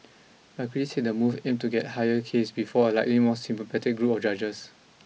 but critics said the move aimed to get higher case before a likely more sympathetic group of judges